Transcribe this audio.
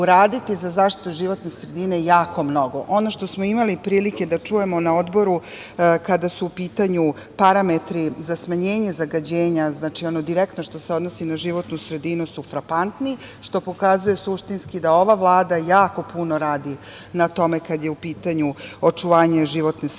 za zaštitu životne sredine jako mnogo. Ono što smo imali prilike da čujemo na Odboru, kada su u pitanju parametri za smanjenje zagađenja, znači ono direktno što se odnosi na životnu sredinu su frapantni, što pokazuje suštinski da ova Vlada jako puno radi na tome, kada je u pitanju očuvanje životne sredine,